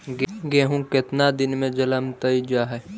गेहूं केतना दिन में जलमतइ जा है?